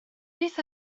beth